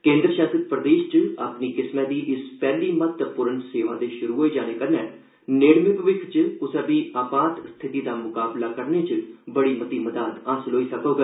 केन्द्र शासित प्रदेश च अपनी किस्मै दे इस पैहली महत्पूर्ण सेवा दे श्रु होने कन्नै नेड़मे भविक्ख च क्सै बी आपात स्थिति दा म्काबला करने च बड़ी मदाद हासल होई सकोग